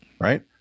right